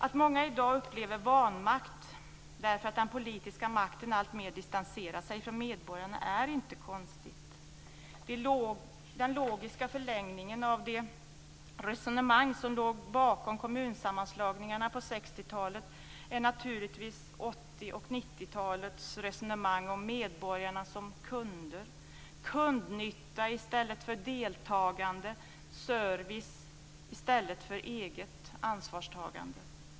Att många i dag upplever vanmakt därför att den politiska makten alltmer distanserat sig från medborgarna är inte konstigt. Den logiska förlängningen av de resonemang som låg bakom kommunsammanslagningarna på 60-talet är naturligtvis 80 och 90-talens resonemang om medborgarna som kunder, kundnytta i stället för deltagande, service i stället för eget ansvarstagande.